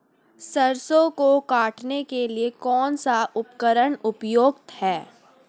सरसों को काटने के लिये कौन सा उपकरण उपयुक्त है?